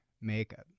makeup